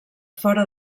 fora